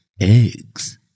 eggs